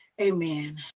Amen